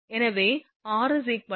எனவே r 1